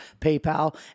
PayPal